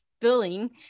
filling